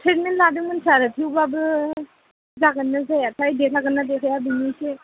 treatment लादोंमोन सार थेवबाबो जागोन ना जायाथाय देरहागोन ना देरहाया बेनो एसे